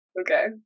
Okay